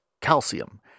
calcium